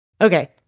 Okay